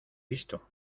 visto